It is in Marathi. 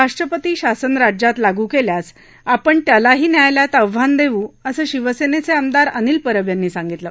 राष्ट्रपती शासन राज्यात लागू केल्यास आपण त्यालाही न्यायालयात आव्हान देऊ असं शिवसेनेचे आमदार अनिल परब यांनी सांगितलं